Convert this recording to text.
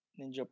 Ninja